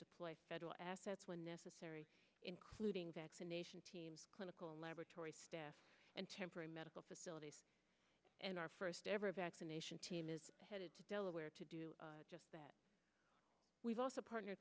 deploy federal assets when necessary including vaccination teams clinical laboratory staff and temporary medical facilities and our first ever vaccination team is headed to delaware to do just that we've also partner